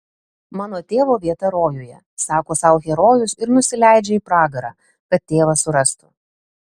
mano tėvo vieta rojuje sako sau herojus ir nusileidžia į pragarą kad tėvą surastų